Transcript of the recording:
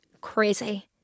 Crazy